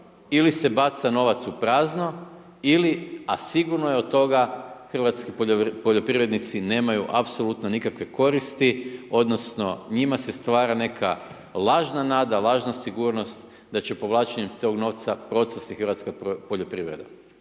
ili se baca novac u prazno ili a sigurno je od toga hrvatski poljoprivrednici nemaju apsolutno nikakve koristi, odnosno njima se stvara neka lažna nada, lažna sigurnost da će povlačenjem tog novca procvasti hrvatska poljoprivreda.